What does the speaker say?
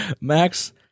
Max